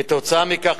כתוצאה מכך,